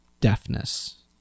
deafness